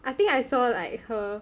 I think I saw like her